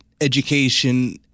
education